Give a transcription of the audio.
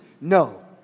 No